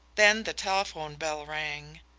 then the telephone bell rang.